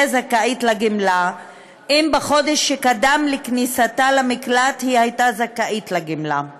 זכאית לגמלה אם בחודש שקדם לכניסתה למקלט היא הייתה זכאית לגמלה.